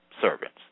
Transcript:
servants